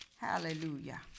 Hallelujah